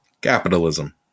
Capitalism